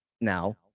Now